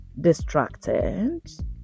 distracted